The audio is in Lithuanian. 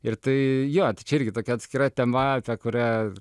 ir tai jo irgi tokia atskira tema kurią